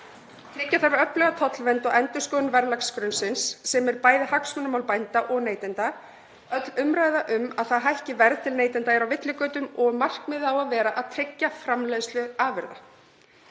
Tryggja þarf öfluga tollvernd og endurskoðun verðlagsgrunnsins, sem er bæði hagsmunamál bænda og neytenda. Öll umræða um að það hækki verð til neytenda er á villigötum og markmiðið á að vera að tryggja framleiðslu afurða.